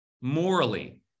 morally